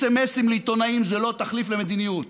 סמ"סים לעיתונאים זה לא תחליף למדיניות.